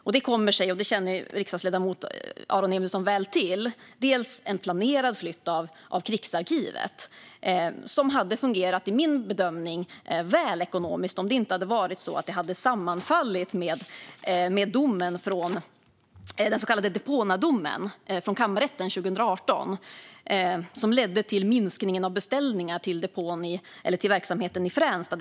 Riksdagsledamoten Aron Emilsson känner väl till att det kommer sig av en planerad flytt av Krigsarkivet som enligt min bedömning hade fungerat väl ekonomiskt om det inte hade sammanfallit med den så kallade Deponadomen från kammarrätten 2018 som ledde till minskningen av beställningar till verksamheten i Fränsta.